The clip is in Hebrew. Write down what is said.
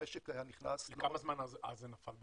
המשק היה נכנס --- כמה זמן זה נפל?